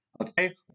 okay